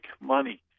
money